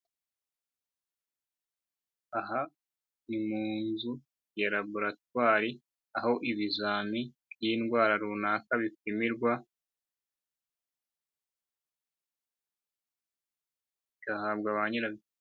Aha ni mu nzu ya laboratwari, aho ibizami by'indwara runaka bipimirwa bigahabwa ba nyirabyo.